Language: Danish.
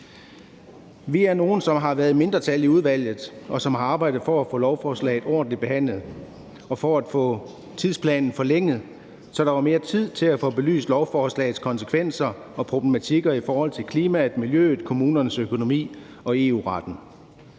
Vi er nogle, som har været i mindretal i udvalget, og som har arbejdet for at få lovforslaget ordentligt behandlet og for at få tidsplanen forlænget, så der var mere tid til at få belyst lovforslagets konsekvenser og problematikker i forhold til klimaet, miljøet, kommunernes økonomi og EU-retten.